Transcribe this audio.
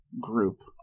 group